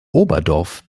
oberdorf